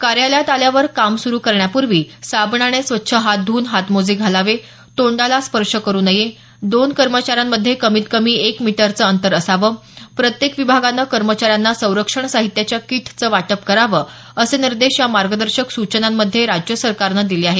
कार्यालयात आल्यावर काम सुरु करण्यापूर्वी साबणाने स्वच्छ हात धुवून हातमोजे घालावे तोंडाला स्पर्श करु नये दोन कर्मचाऱ्यांमध्ये कमीत कमी एक मीटरचं अंतर असावं प्रत्येक विभागानं कर्मचाऱ्यांना संरक्षण साहित्याच्या किटचं वाटप करावं असे निर्देश या मार्गदर्शक सूचनांमध्ये राज्य सरकारनं दिले आहेत